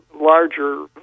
larger